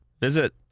Visit